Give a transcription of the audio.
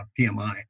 PMI